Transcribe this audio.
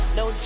no